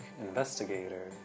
Investigator